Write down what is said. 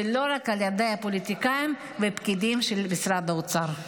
ולא רק על ידי הפוליטיקאים ועל ידי הפקידים של משרד האוצר.